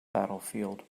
battlefield